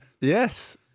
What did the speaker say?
Yes